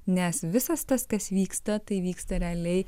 nes visas tas kas vyksta tai vyksta realiai